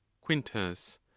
quintus